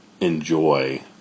enjoy